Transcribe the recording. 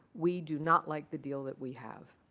we do not like the deal that we have.